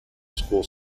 school